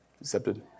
accepted